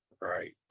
Right